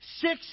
six